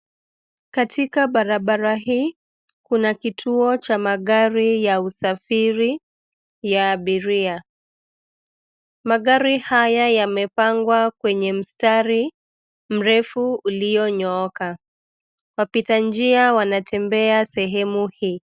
Katika barabara hii kuna kituo cha magari ya usafiri ya abiria. Magari haya yamepangwa kwenye mstari mrefu ulionyooka. Wapita njia wanatembea sehemu hii.